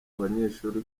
abanyeshuri